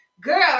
Girl